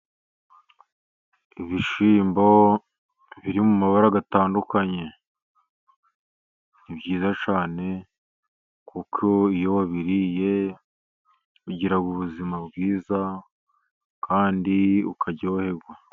Ibishymbo biri mu mabara atandukanye, ni byiza cyane kuko iyo wabiriye, ugira ubuzima bwiza kandi ukaryoherwa.